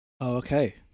Okay